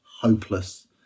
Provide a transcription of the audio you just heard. hopeless